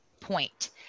point